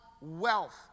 wealth